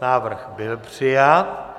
Návrh byl přijat.